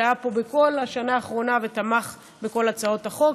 שהיה פה בכל השנה האחרונה ותמך בכל הצעות החוק,